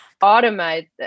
automate